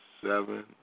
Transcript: seven